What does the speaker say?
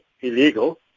illegal